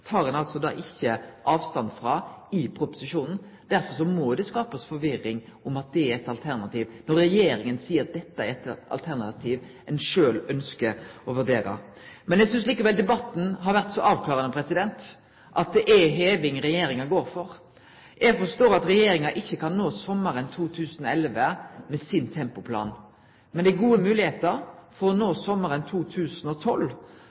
ein altså ikkje avstand frå i proposisjonen. Derfor må det skape forvirring om det er eit alternativ, når regjeringa seier at dette er eit alternativ ein sjølv ønskjer å vurdere. Men eg synest likevel debatten har vore avklarande, at det er heving regjeringa går for. Eg forstår at regjeringa ikkje kan nå målet om heving sommaren 2011 med tempoplanen sin. Men det er gode mogelegheiter for å